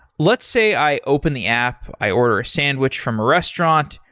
let's say i open the app, i order a sandwich from a restaurant.